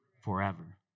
forever